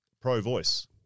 pro-Voice